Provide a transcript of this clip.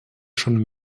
schon